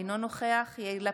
אינו נוכח יאיר לפיד,